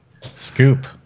Scoop